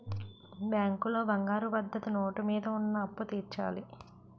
బ్యాంకులో బంగారం పద్ధతి నోటు మీద ఉన్న అప్పు తీర్చాలి